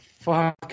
fuck